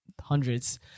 hundreds